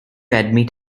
admit